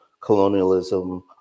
colonialism